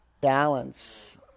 balance